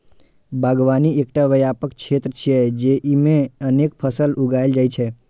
बागवानी एकटा व्यापक क्षेत्र छियै, जेइमे अनेक फसल उगायल जाइ छै